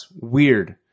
weird